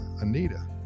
Anita